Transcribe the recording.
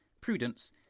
Prudence